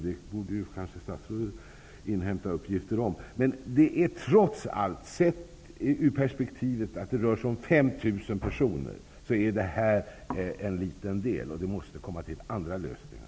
Det borde kanske statsrådet inhämta uppgifter om. Sett ur perspektivet att det rör sig om 5 000 personer, är detta trots allt en liten del. Det måste komma till andra lösningar.